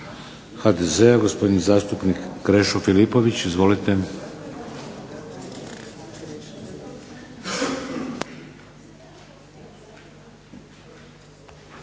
HDZ-a, gospodin zastupnik Krešo Filipović. Izvolite.